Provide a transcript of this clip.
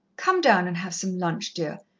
come down and have some lunch, dear.